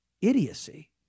Idiocy